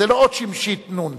זו לא אות שמשית, נו"ן?